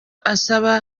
asaba